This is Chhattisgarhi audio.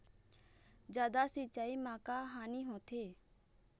जादा सिचाई म का हानी होथे?